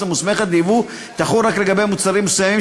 המוסמכת ליבוא תחול רק לגבי מוצרים מסוימים,